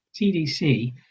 cdc